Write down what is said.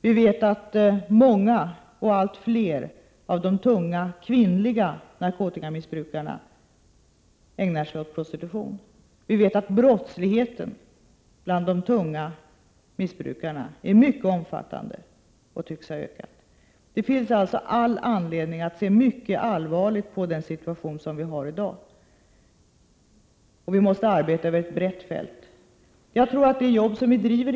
Vi vet att många, och allt fler, av de kvinnor som missbrukar tung narkotika ägnar sig åt prostitution. Vi vet att brottsligheten bland dem som missbrukar tung narkotika är mycket omfattande och tycks ha ökat. Det finns således all anledning att se mycket allvarligt på den situation vi har i dag. Vi måste arbeta över ett brett fält.